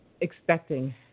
expecting